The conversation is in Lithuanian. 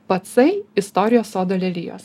pacai istorijos sodo lelijos